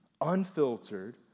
unfiltered